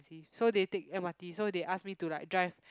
so they take M_R_T so they ask me to like drive